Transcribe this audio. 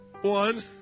One